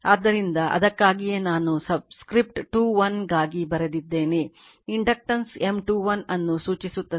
ಆದ್ದರಿಂದ ಅದಕ್ಕಾಗಿಯೇ ನಾನು ಸಬ್ಸ್ಕ್ರಿಪ್ಟ್ 2 1 ಗಾಗಿ ಬರೆದಿದ್ದೇನೆ ಇಂಡಕ್ಟನ್ಸ್ M21 ಅನ್ನು ಸೂಚಿಸುತ್ತದೆ